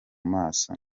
maso